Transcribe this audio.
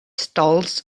stalls